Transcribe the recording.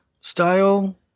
style